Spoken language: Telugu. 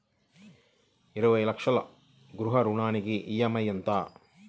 ఇరవై లక్షల గృహ రుణానికి ఈ.ఎం.ఐ ఎంత?